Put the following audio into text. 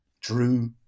drew